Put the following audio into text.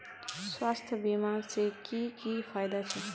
स्वास्थ्य बीमा से की की फायदा छे?